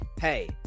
hey